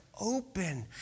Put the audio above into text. open